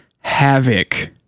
havoc